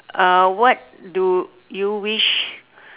uh what do you wish